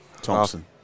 Thompson